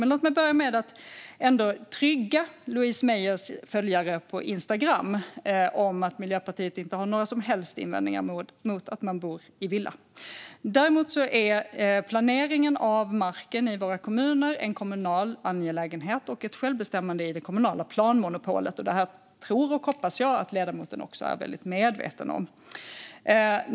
Men låt mig börja med att trygga Louise Meijers följare på Instagram - Miljöpartiet har inte några som helst invändningar mot att man bor man i villa. Planeringen av marken i våra kommuner är dock en kommunal angelägenhet och omfattas av självbestämmande i det kommunala planmonopolet. Detta tror och hoppas jag att ledamoten också är medveten om.